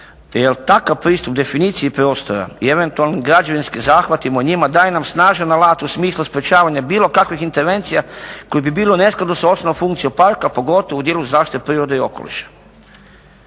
Jer takav pristup definiciji prostora i eventualnim građevinskim zahvatima u njima daje nam snažan alat u smislu sprečavanja bilo kakvih intervencija koje bi bile u neskladu s osnovnom funkcijom parka pogotovo u dijelu zaštite prirode i okoliša.